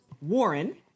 Warren